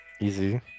Easy